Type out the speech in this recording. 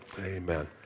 Amen